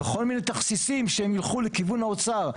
בכל מיני תכסיסים שהם יילכו לכיוון האוצר.